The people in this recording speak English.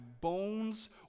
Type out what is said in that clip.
bones